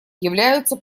являются